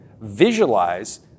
Visualize